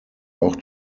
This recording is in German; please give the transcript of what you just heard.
auch